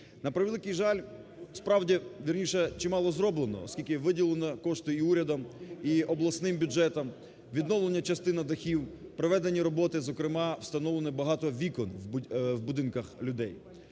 На превеликий жаль, справді, вірніше чимало зроблено, оскільки виділено кошти і урядом, і обласним бюджетом, відновлена частина дахів, проведені роботи, зокрема, встановлено багато вікон в будинках людей.